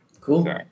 cool